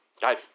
Guys